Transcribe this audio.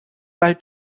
bald